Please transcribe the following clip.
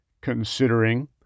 considering